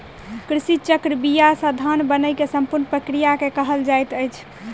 कृषि चक्र बीया से धान बनै के संपूर्ण प्रक्रिया के कहल जाइत अछि